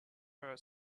her